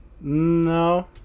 No